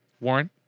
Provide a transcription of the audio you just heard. Warren